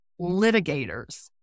litigators